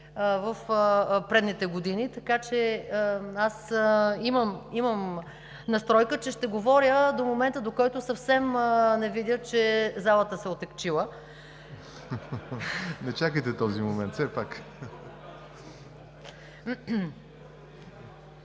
в предните години, така че аз имам настройка, че ще говоря до момента, до който съвсем не видя, че залата се е отегчила. (Оживление и смях в